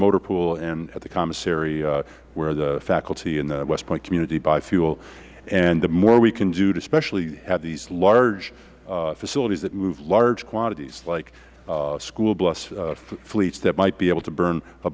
motor pool and at the commissary where the faculty in the west point community buy fuel and the more we can do to especially have these large facilities that move large quantities like school bus fleets that might be able to burn a